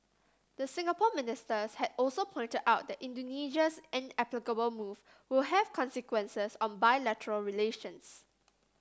the Singapore ministers had also pointed out that Indonesia's inexplicable move will have consequences on bilateral relations